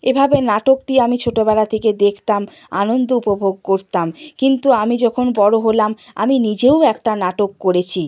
এভাবে নাটকটি আমি ছোটবেলা থেকে দেখতাম আনন্দ উপভোগ করতাম কিন্তু আমি যখন বড় হলাম আমি নিজেও একটা নাটক করেছি